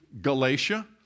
Galatia